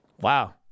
Wow